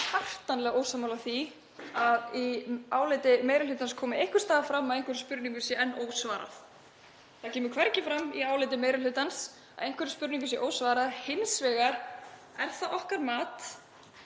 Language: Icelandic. hjartanlega ósammála því að í áliti meiri hlutans komi einhvers staðar fram að einhverjum spurningum sé enn ósvarað. Það kemur hvergi fram í áliti meiri hlutans að einhverjum spurningum sé ósvarað. Hins vegar er það mat